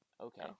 Okay